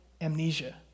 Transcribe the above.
amnesia